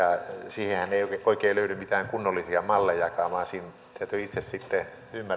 siihenhän ei oikein löydy mitään kunnollisia mallejakaan vaan siinä täytyy itse sitten ymmärtää